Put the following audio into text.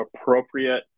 appropriate